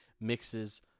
mixes